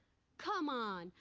come on!